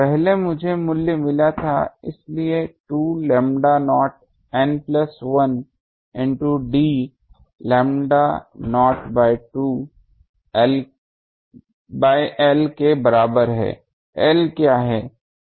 पहले मुझे मूल्य मिला था इसलिए 2 lambda naught N plus 1 into d lambda naught by L के बराबर है L क्या है